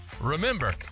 Remember